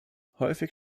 häufig